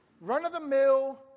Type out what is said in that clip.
run-of-the-mill